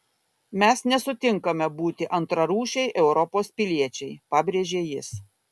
mes nesutinkame būti antrarūšiai europos piliečiai pabrėžė jis